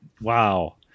wow